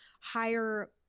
higher